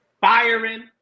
firing